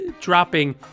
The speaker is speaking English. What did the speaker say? dropping